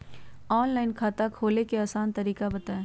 Online खाता खोले के आसान तरीका बताए?